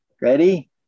Ready